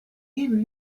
even